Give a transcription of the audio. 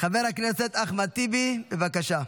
חבר הכנסת אחמד טיבי, בבקשה.